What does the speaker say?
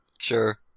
Sure